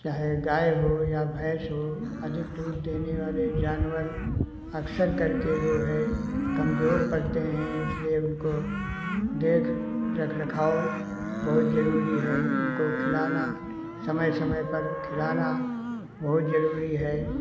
चाहे गाय हो या भैंस हो अधिक दूध देने वाले जानवर अक्सर करके जो है कमजोर पड़ते हैं इसलिए उनको देख रख रखाव बहुत जरूरी है उनको खिलाना समय समय पर खिलाना बहुत जरूरी है